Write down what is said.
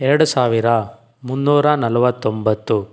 ಎರಡು ಸಾವಿರ ಮುನ್ನೂರ ನಲ್ವತ್ತೊಂಬತ್ತು